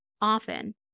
Often